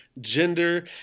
gender